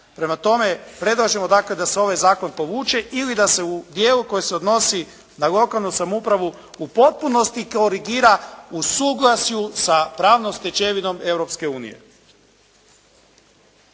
Prema tome, predlažemo dakle, da se ovaj zakon povuče ili da se u dijelu koji se odnosi na lokalnu samoupravu u potpunosti korigira u suglasju sa pravnom stečevinom Europske unije.